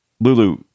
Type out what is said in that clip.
Lulu